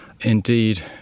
Indeed